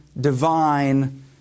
divine